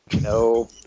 no